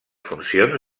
funcions